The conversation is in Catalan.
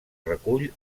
recull